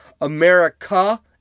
America